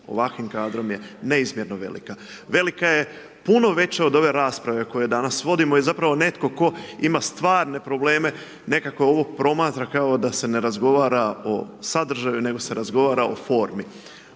ovakvim kadrom je neizmjerno velika, velika je puno veća od ove rasprave koju danas vodimo i zapravo netko tko ima stvarne probleme nekako ovo promatra kao da se ne razgovara o sadržaju nego se razgovara o formi.